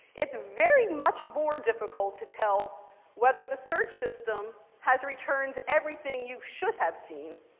it's very much more difficult to tell whether the search system has returned everything you should have seen.